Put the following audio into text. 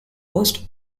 post